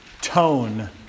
tone